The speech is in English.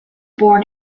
born